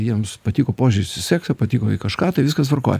jiems patiko požiūris į seksą patiko į kažką tai viskas tvarkoj